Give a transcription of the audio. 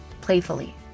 playfully